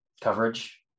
coverage